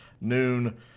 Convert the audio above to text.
noon